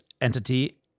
entity